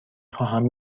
خواهم